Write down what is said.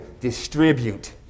distribute